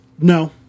No